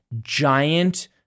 giant